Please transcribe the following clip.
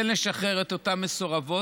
לשחרר את אותן מסורבות,